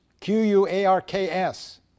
Q-U-A-R-K-S